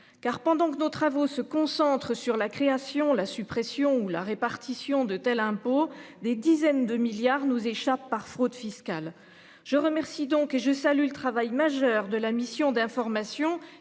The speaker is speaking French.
Car pendant que nos travaux se concentrent sur la création la suppression ou la répartition de tel impôt. Des dizaines de milliards nous échappe par fraude fiscale. Je remercie donc et je salue le travail majeur de la mission d'information